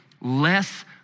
less